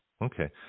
Okay